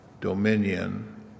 dominion